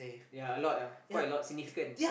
ya a lot ah quite a lot significant